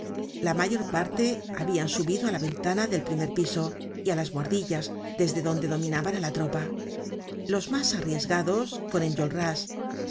la mayor parte habian subido á la ventana del primer piso y á las buhardillas desde donde dominaban á la tropa los mas arriesgados con